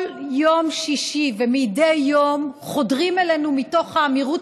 כל יום שישי ומדי יום חודרים אלינו מתוך האמירות